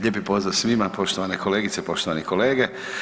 Lijepi pozdrav svima, poštovane kolegice, poštovane kolege.